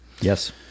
Yes